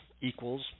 equals